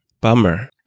Bummer